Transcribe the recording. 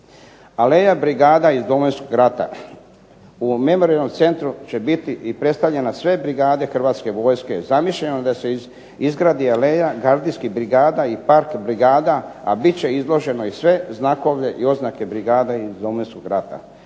Aleja brigada iz Domovinskog rata u memorijalnom centru će biti i predstavljene sve brigade Hrvatske vojske. Zamišljeno je da se izgradi aleja gardijskih brigada i park brigada, a bit će izloženo i sve znakovlje i oznake brigade iz Domovinskog rata.